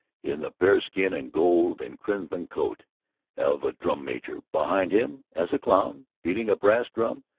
in the bearskin and gold-and-crimson coat of a drum-major. behind him, as a clown, beating a bass drum,